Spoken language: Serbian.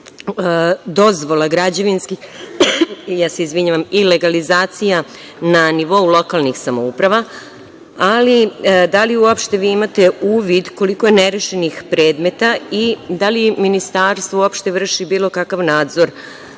dozvola i legalizacija na nivou lokalnih samouprava, ali da li vi uopšte imate uvid koliko je nerešenih predmeta i da li Ministarstvo uopšte vrši bilo kakav nadzor